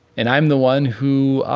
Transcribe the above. and i'm the one who